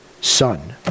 son